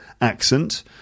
accent